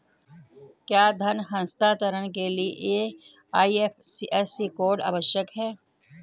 क्या धन हस्तांतरण के लिए आई.एफ.एस.सी कोड आवश्यक है?